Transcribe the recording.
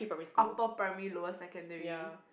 upper primary lower secondary